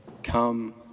come